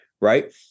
right